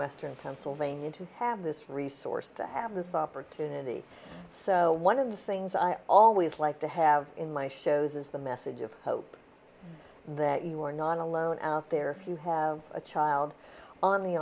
western pennsylvania to have this resource to have this opportunity so one of the things i always like to have in my shows is the message of hope that you are not alone out there if you have a child on the